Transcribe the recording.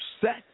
set